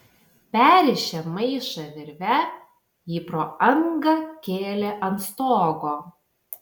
perrišę maišą virve jį pro angą kėlė ant stogo